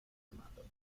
commander